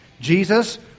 Jesus